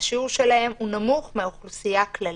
השיעור שלהם נמוך מהאוכלוסייה הכללית.